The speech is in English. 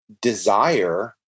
desire